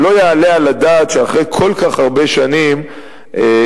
שלא יעלה על הדעת שאחרי כל כך הרבה שנים יונתן